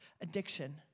addiction